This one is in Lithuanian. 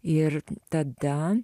ir tada